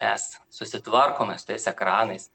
mes susitvarkome su tais ekranais